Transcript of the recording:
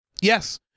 yes